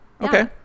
Okay